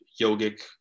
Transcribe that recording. yogic